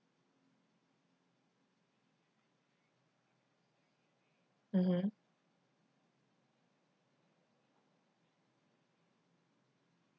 mmhmm